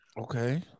Okay